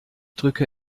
drücke